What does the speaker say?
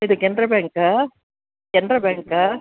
ಇದು ಕೆನ್ರಾ ಬ್ಯಾಂಕಾ ಕೆನ್ರಾ ಬ್ಯಾಂಕಾ